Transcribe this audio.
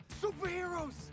superheroes